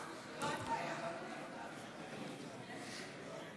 לוועדת החינוך,